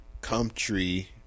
country